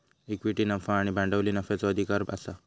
इक्विटीक नफा आणि भांडवली नफ्याचो अधिकार आसा